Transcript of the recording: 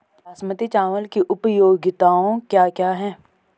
बासमती चावल की उपयोगिताओं क्या क्या हैं?